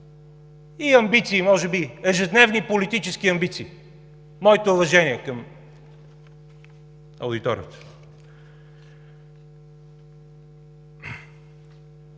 и амбиции може би, ежедневни политически амбиции, моите уважения към аудиторията.